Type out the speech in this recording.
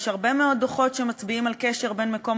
יש הרבה מאוד דוחות שמצביעים על קשר בין מקום